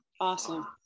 Awesome